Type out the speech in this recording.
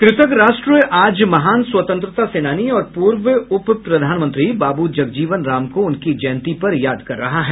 कृतज्ञ राष्ट्र आज महान स्वतंत्रता सेनानी और पूर्व उप प्रधानमंत्री बाब्र जगजीवन राम को उनकी जयंती पर याद कर रहा है